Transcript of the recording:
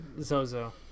Zozo